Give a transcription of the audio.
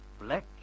Black